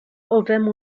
owemu